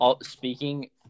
speaking